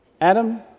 Adam